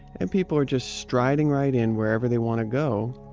and people are just striding right in wherever they want to go.